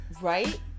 Right